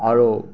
আৰু